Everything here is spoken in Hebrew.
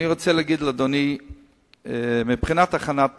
אני רוצה להגיד לאדוני מבחינת הכנת התקציב.